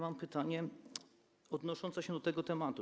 Mam pytanie odnoszące się do tego tematu.